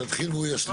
תתחיל והוא ישלים.